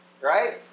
right